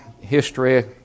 history